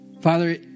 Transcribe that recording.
Father